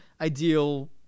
ideal